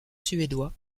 suédois